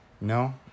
No